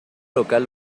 local